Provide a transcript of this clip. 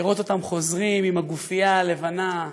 לראות אותם חוזרים עם הגופייה הלבנה,